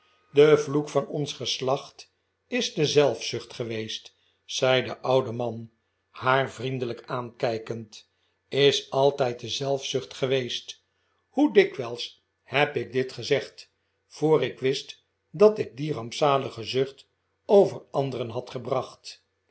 de vloek van ons geslacht is de zelfzucht geweest zei de oude man haar vriendelijk aankijkend is altijd de zelfzucht geweest hoe dikwijls heb ik dit gezegd voor ik wist dat ik die rampzalige zucht over anderen had gebracht